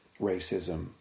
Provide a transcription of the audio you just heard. racism